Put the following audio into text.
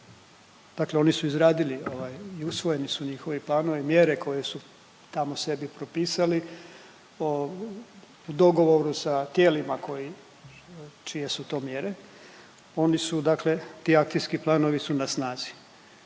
Dakle oni su izgradili ovaj i usvojeni su njihovi planovi i mjere koje su tamo sebi propisali o dogovoru sa tijelima koji, čije su to mjere. Oni su dakle, ti akcijski planovi su na snazi.